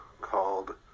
called